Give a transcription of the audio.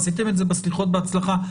עשיתם את זה בסליחות בהצלחה.